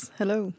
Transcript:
hello